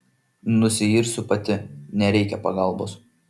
nusiirsiu pati nereikia pagalbos